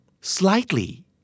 Slightly